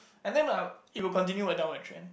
and then uh it will continue a downward trend